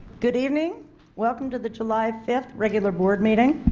good evening welcome to the july five regular board meeting.